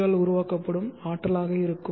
யால் உருவாக்கப்படும் ஆற்றலாக இருக்கும்